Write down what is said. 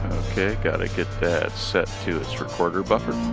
okay, gotta get that set to its recorder buffer.